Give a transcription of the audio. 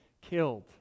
killed